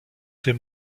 ses